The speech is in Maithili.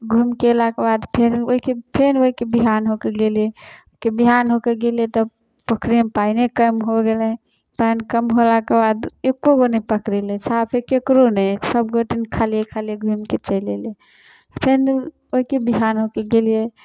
घूमिके अयलाके बाद फेर ओहिके फेर ओहिके बिहान होके गेलियै कि बिहान होके गेलियै तऽ पोखरिमे पानिये कम भऽ गेलै पानि कम भेलाक बाद एक्को गो नहि पकड़ेलै साफे केकरो नहि सब गोटे खालिए खालिए घूमिके चलि एलियै फेरो ओहिके बिहान होके गेलियै